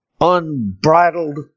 unbridled